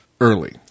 early